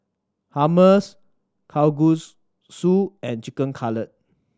Hummus Kalguksu and Chicken Cutlet